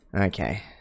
Okay